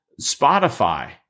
Spotify